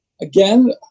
again